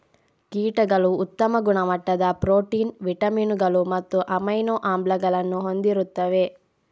ಕೀಟಗಳು ಉತ್ತಮ ಗುಣಮಟ್ಟದ ಪ್ರೋಟೀನ್, ವಿಟಮಿನುಗಳು ಮತ್ತು ಅಮೈನೋ ಆಮ್ಲಗಳನ್ನು ಹೊಂದಿರುತ್ತವೆ